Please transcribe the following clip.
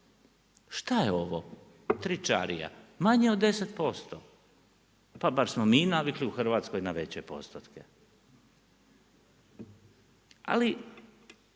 Šta je ovo? Tričarija, manje od 10%. pa bar smo mi u Hrvatskoj navikli na veće postotke. Ali